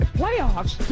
playoffs